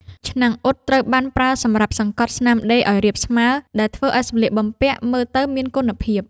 ឆ្នាំងអ៊ុតត្រូវបានប្រើសម្រាប់សង្កត់ស្នាមដេរឱ្យរាបស្មើ ដែលធ្វើឱ្យសម្លៀកបំពាក់មើលទៅមានគុណភាព ។